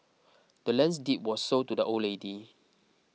the land's deed was sold to the old lady